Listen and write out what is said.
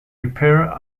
repair